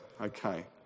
Okay